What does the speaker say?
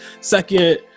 second